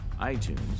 iTunes